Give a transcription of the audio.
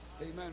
Amen